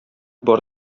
бар